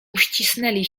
uścisnęli